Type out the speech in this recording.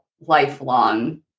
lifelong